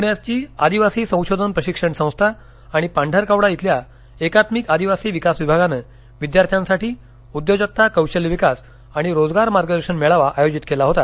पूण्याची आदिवासी संशोधन प्रशिक्षण संस्था आणि पांढरकवडा इथल्या एकात्मिक आदिवासी विकास विभागानं विद्यार्थ्यांसाठी उद्योजकता कौशल्य विकास आणि रोजगार मार्गदर्शन मेळावा आयोजित केला होता